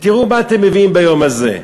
תראו מה אתם מביאים ביום הזה.